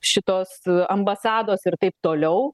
šitos ambasados ir taip toliau